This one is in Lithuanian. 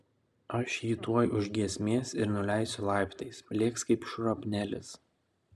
aš jį tuoj už giesmės ir nuleisiu laiptais lėks kaip šrapnelis